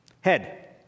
Head